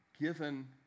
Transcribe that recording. given